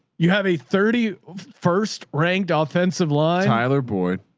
you have a thirty first ranked ah offensive line. tyler board.